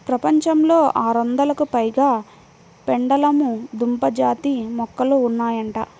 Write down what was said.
ప్రపంచంలో ఆరొందలకు పైగా పెండలము దుంప జాతి మొక్కలు ఉన్నాయంట